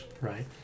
right